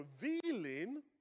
revealing